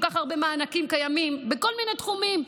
כל כך הרבה מענקים קיימים בכל מיני תחומים.